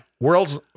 World's